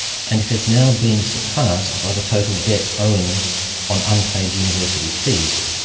and it has now been surpassed by the total debt owing on unpaid university fees.